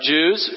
Jews